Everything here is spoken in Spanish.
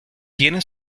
tiene